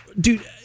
dude